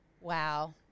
Wow